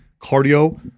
cardio